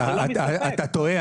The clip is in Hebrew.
אתה טועה.